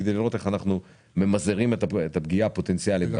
כדי לראות איך אנחנו ממזערים את הפגיעה הפוטנציאלית.